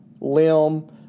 limb